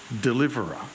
deliverer